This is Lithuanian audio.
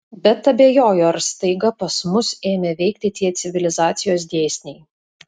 bet abejoju ar staiga pas mus ėmė veikti tie civilizacijos dėsniai